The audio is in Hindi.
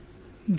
धन्यवाद